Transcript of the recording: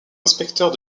inspecteurs